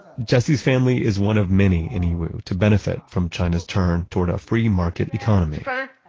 jesse's family is one of many in yiwu to benefit from china's turn toward a free market economy yeah,